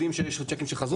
יודעים שיש לו צ'קים שחזרו,